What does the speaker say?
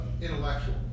intellectual